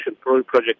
project